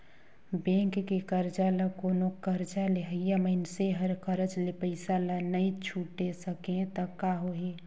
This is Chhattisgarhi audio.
बेंक के करजा ल कोनो करजा लेहइया मइनसे हर करज ले पइसा ल नइ छुटे सकें त का होही